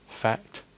Fact